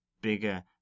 bigger